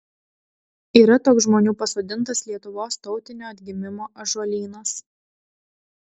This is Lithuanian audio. yra toks žmonių pasodintas lietuvos tautinio atgimimo ąžuolynas